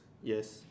yes